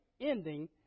ending